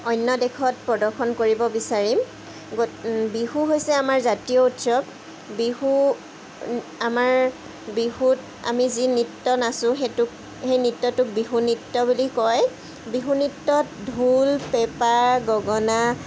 অন্য় দেশত প্ৰদৰ্শন কৰিব বিচাৰিম গতিকে বিহু হৈছে আমাৰ জাতীয় উৎসৱ বিহু আমাৰ বিহুত আমি যি নৃত্য নাচোঁ সেইটোক সেই নৃত্যটোক বিহু নৃত্য বুলি কয় বিহু নৃত্যত ঢোল পেঁপা গগনা